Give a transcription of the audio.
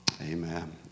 Amen